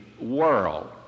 world